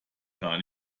gar